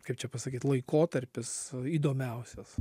kaip čia pasakyt laikotarpis įdomiausias